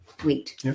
wheat